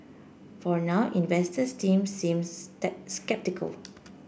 for now investors still seems sceptical